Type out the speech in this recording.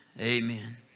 Amen